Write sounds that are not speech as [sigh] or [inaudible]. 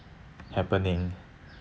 happening [breath]